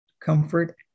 comfort